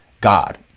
God